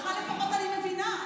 אותך לפחות אני מבינה.